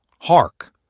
Hark